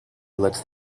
lets